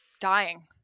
dying